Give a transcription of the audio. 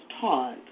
taught